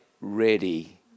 ready